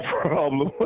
problem